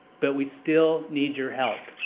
but we still need your help!